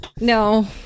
No